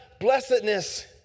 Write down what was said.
blessedness